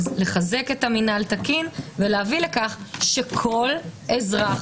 לחזק את המינהל התקין ולהביא לכך שכל אזרח